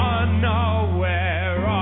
unaware